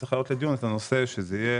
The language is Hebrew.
שצריך להעלות לדיון את הנושא שזה יהיה